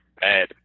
bad